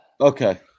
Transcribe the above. Okay